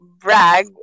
brag